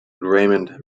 raymond